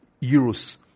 euros